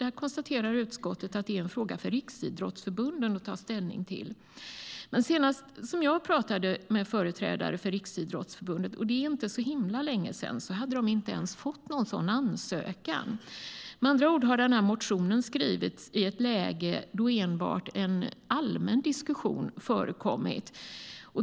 Utskottets konstaterar att det är en fråga för Riksidrottsförbundet att ta ställning till. Men senast jag talade med företrädare för Riksidrottsförbundet, och det är inte så himla länge sedan, hade de inte ens fått någon sådan ansökan. Med andra ord har motionen skrivits i ett läge då enbart en allmän diskussion har förekommit.